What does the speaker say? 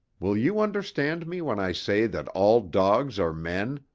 will you understand me when i say that all dogs are men,